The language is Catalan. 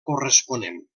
corresponent